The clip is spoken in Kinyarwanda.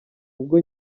ubwo